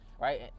Right